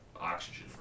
oxygen